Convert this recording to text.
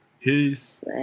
Peace